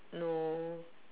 no